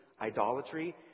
idolatry